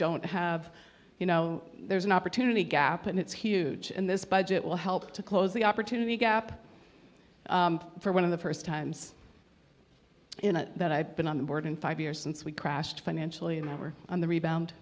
don't have you know there's an opportunity gap and it's huge and this budget will help to close the opportunity gap for one of the first times you know that i've been on the board in five years since we crashed financially and we're on the rebound